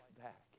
back